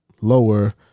lower